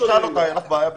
הייתה לך בעיה במילוי?